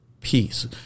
peace